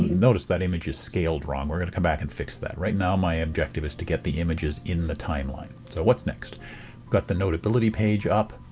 notice that image is scaled wrong. we're going to come back and fix that. right now my objective is to get the images in the timeline. so what's next? we've got the notability page up,